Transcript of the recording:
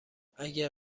اگه